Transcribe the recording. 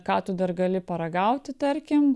ką tu dar gali paragauti tarkim